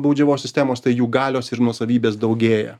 baudžiavos sistemos tai jų galios ir nuosavybės daugėja